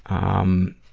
um,